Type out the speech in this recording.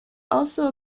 also